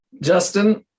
Justin